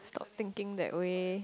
stop thinking that way